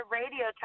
radio